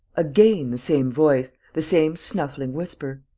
again the same voice, the same snuffling whisper.